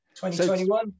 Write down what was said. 2021